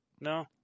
No